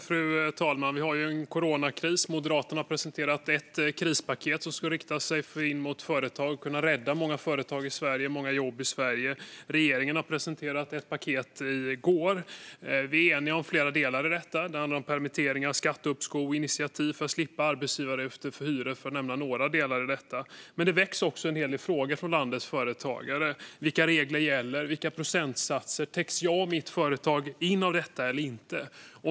Fru talman! Vi har en coronakris. Moderaterna har presenterat ett krispaket som inriktas för att rädda många företag och jobb i Sverige. Regeringen presenterade i går ett paket. Vi är eniga om flera delar i detta. Det handlar om permitteringar, skatteuppskov, initiativ för att slippa arbetsgivaravgifter och hyror, för att nämna några delar i detta. Men det väcks också en hel del frågor från landets företagare. Vilka regler gäller? Vilka procentsatser gäller? Täcks jag och mitt företag av detta eller inte?